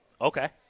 Okay